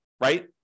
right